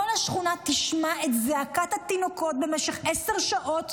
כל השכונה תשמע את זעקת התינוקות במשך עשר שעות,